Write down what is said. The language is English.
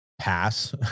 pass